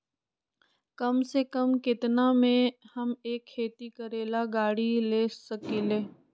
कम से कम केतना में हम एक खेती करेला गाड़ी ले सकींले?